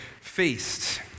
feast